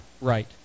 right